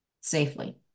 safely